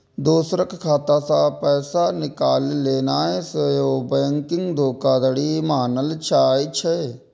दोसरक खाता सं पैसा निकालि लेनाय सेहो बैंकिंग धोखाधड़ी मानल जाइ छै